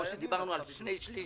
כמו שדיברנו על שני שליש